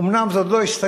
אומנם זה עוד לא הסתיים,